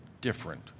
different